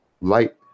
light